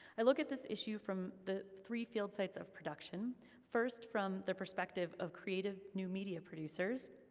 i look at this issue from the three field sites of production first from the perspective of creative new media producers,